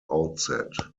outset